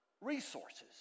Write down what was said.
resources